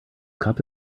cup